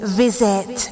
visit